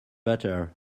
butter